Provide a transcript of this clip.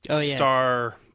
star